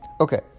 Okay